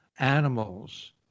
Animals